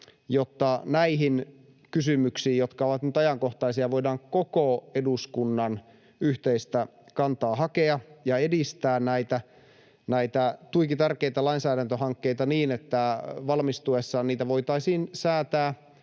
jotta näihin kysymyksiin, jotka ovat nyt ajankohtaisia, voidaan koko eduskunnan yhteistä kantaa hakea ja edistää näitä tuiki tärkeitä lainsäädäntöhankkeita niin, että valmistuessaan niitä voitaisiin säätää